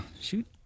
Shoot